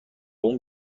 اون